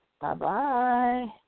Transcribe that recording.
Bye-bye